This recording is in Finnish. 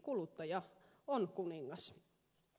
kuluttaja on kuningas